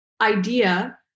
idea